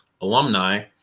alumni